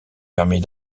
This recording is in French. permet